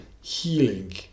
healing